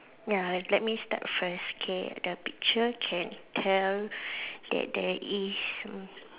ya le~ let me start first K the picture can tell that there is mm